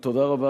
תודה רבה,